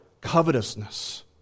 Covetousness